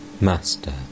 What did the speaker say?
Master